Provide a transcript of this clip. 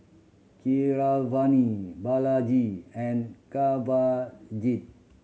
Keeravani Balaji and Kanwaljit